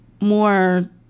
more